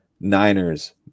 Niners